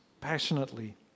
passionately